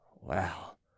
Well